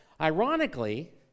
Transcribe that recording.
Ironically